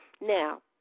Now